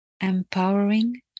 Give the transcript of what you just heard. empowering